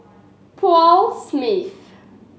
Paul Smith